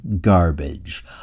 garbage